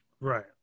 right